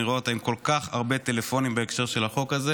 אני רואה אותה עם כל כך הרבה טלפונים בהקשר של החוק הזה,